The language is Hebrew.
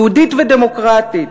יהודית ודמוקרטית.